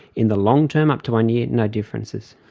in the long term up to one year, no differences.